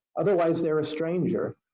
otherwise, they're a stranger.